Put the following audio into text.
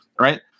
Right